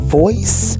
voice